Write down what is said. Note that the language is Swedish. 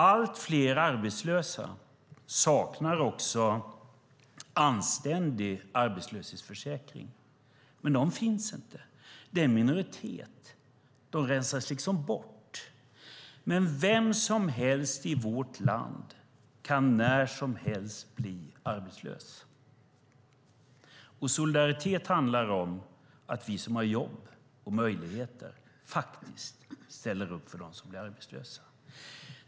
Allt fler arbetslösa saknar också anständig arbetslöshetsförsäkring. Men de finns inte. De är en minoritet och rensas bort. Men vem som helst i vårt land kan när som helst bli arbetslös. Solidaritet handlar om att vi som har jobb och möjligheter faktiskt ställer upp för dem som blir arbetslösa.